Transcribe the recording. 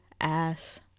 ass